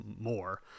more